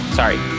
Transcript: sorry